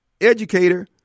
educator